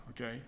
Okay